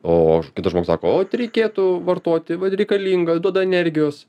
o kitas žmogus sako o vat reikėtų vartoti vat reikalinga duoda energijos